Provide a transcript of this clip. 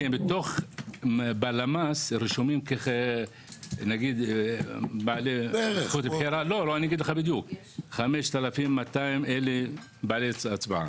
בלמ"ס רשומים 5,200 בעלי הצבעה.